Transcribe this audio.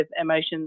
emotions